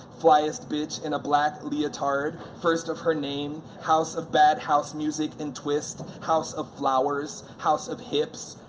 flyest bitch in a black leotard, first of her name, house of bad house music and twist, house of flowers, house of hips.